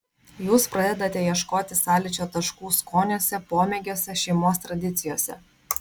jūs pradedate ieškote sąlyčio taškų skoniuose pomėgiuose šeimos tradicijose